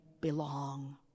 belong